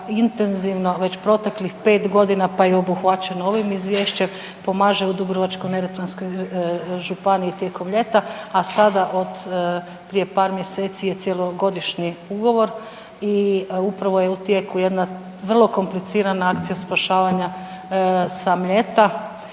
intenzivno već proteklih 5 g. pa i obuhvaćeno ovim izvješćem, pomaže u Dubrovačko-neretvanskoj županiji tijekom ljeta a sada od prije par mjeseci je cijelogodišnji ugovor i upravo je u tijeku jedna vrlo komplicirana akcija spašavanja sa Mljeta,